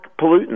pollutants